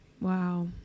Wow